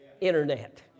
internet